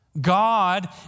God